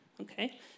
Okay